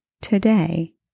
today